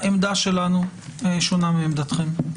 העמדה שלנו שונה מעמדתכם.